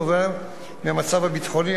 נובע מהמצב הביטחוני,